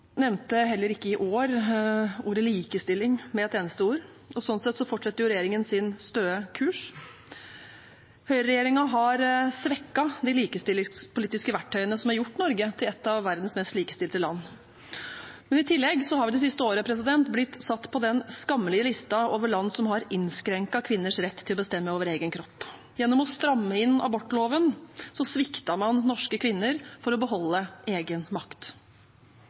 nevnte heller ikke i år ordet likestilling en eneste gang, og sånn sett fortsetter regjeringen sin støe kurs. Høyreregjeringen har svekket de likestillingspolitiske verktøyene som har gjort Norge til et av verdens mest likestilte land. I tillegg har vi det siste året blitt satt på den skammelige lista over land som har innskrenket kvinners rett til å bestemme over egen kropp. Gjennom å stramme inn abortloven sviktet man norske kvinner for å beholde egen makt.